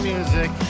music